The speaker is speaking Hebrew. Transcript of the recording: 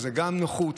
זה גם נוחות,